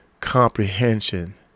comprehension